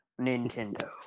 Nintendo